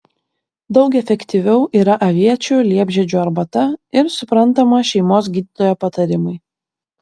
daug efektyviau yra aviečių liepžiedžių arbata ir suprantama šeimos gydytojo patarimai